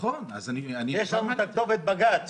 יש לנו כתובת בג"ץ.